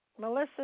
Melissa